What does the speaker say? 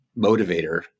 motivator